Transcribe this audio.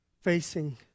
facing